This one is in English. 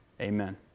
Amen